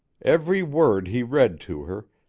every word he read to her,